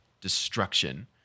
destruction